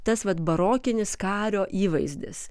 tas vat barokinis kario įvaizdis